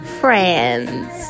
friends